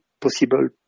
possible